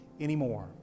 anymore